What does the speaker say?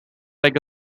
like